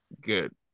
good